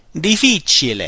Difficile